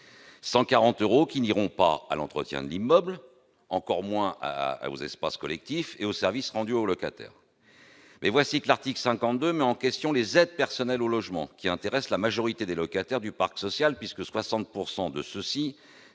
140 euros n'iront pas à l'entretien de l'immeuble, encore moins à l'entretien des espaces collectifs et aux services rendus aux locataires. Et voici que l'article 52 met en question les aides personnelles au logement, qui intéressent la majorité des locataires du parc social, puisque 60 % de ceux-ci